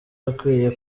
akwiye